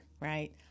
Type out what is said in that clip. right